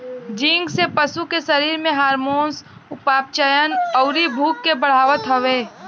zinc से पशु के शरीर में हार्मोन, उपापचयन, अउरी भूख के बढ़ावत हवे